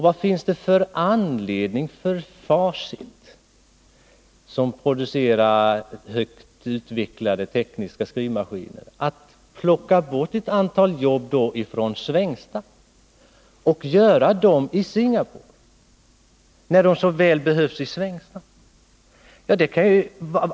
Vad finns det för anledning för Facit, som producerar tekniskt högt utvecklade skrivmaskiner, att plocka bort ett antal jobb från Svängsta och placera dem i Singapore, när de så väl behövs i Svängsta?